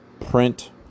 Print